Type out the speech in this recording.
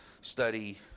study